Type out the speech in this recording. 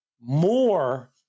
more